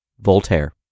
Voltaire